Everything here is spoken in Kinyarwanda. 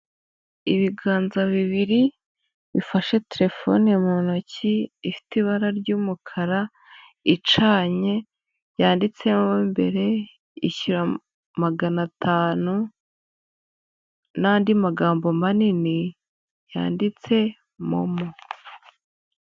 Ibiganza bibiri bifashe terefone mu ntoki, ifite ibara ry'umukara icanye, yanditseho mo mbere ishyura magana atanu n'andi magambo manini yanditse MoMo.